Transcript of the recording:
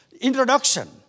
introduction